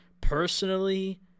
Personally